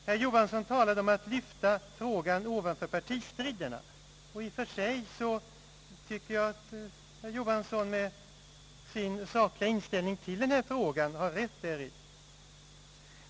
Herr Johansson talade om att lyfta frågan ovanför partistriderna, och i och för sig tycker jag att herr Johansson med sin sakliga inställning i denna fråga har rätt.